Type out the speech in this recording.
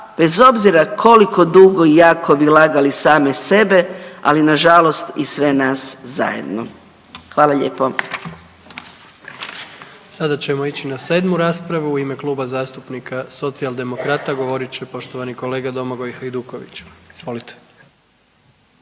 bez obzira koliko dugo i jako bi lagali sami sebe, ali nažalost i sve nas zajedno. Hvala lijepo. **Jandroković, Gordan (HDZ)** Sada ćemo ići na sedmu raspravu u ime Kluba zastupnika Socijaldemokrata govorit će poštovani kolega Domagoj Hajduković.